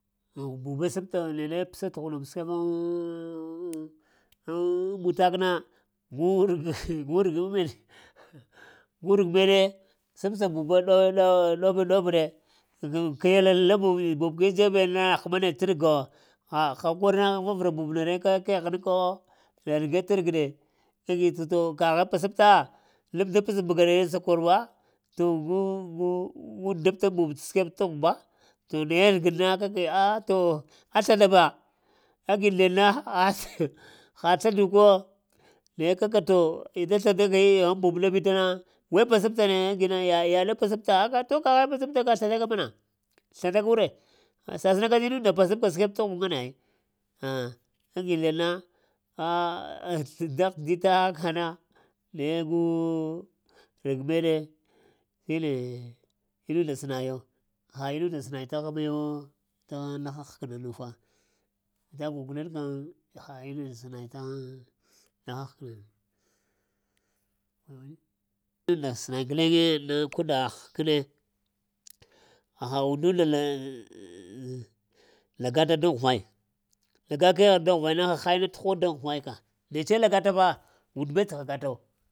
Aŋ bubee səpta neɗe pest ghuɗum səbay mutak na gu rag-gu rəgaŋ meɗ gu rəg meɗe səbsa bubaŋ ɗow-ɗow-ɗob-ɗe gu kiyalala ɓubi gu-gu dzebina həna neɗ tə rəgo ha-ha koma avra bubna ne kak kəghna kawo eh rəge ta rag ɗe kagi to kaghe pasabta lab da pəs mbəgayi naye sakor ba to gugu gu ndabtəŋ bub səkweb tə ghub ba, to naye rəg-na ah-to a shala ba agi ndeɗ na ah ha sladuke wo naye kaka to inna slda gayi aghŋ bub ɗabita na way pəsabta ne? Agina ya-yaɗe pəsabta akaka to kəgha pəsabta kəm srədaka mana slədaku re səsəna tinunda pəsabka skweb tə ghub ŋgane ai, ah agi ndeɗna ah da hidita kana naye gu rəg meɗe shine mun-nda sənayo, ha innunda sənay taghaŋ mayaw təghŋ laha həkna nufa, taguŋ guleŋ aŋ ha inan nda sənay təghŋ laha həkəna na. Inan nda sənay guleŋe na kunda həknee haha undun-nda lagata daŋ ghuvay, laga keghəɗ day ghuvaina ha inna təhoɗ ay ghuvay ka netse lagata fa und-be tsəghaga ta wo.